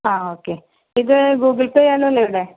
ആ ഓക്കെ ഇത് Google Pay ചെയ്യാമല്ലോ അല്ലേ ഇവിടെ